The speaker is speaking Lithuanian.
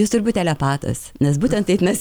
jūs turbūt telepatas nes būtent taip mes